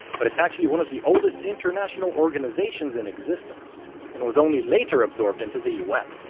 but it's actually one of the oldest international organizations in existence and was only later absorbed into the un.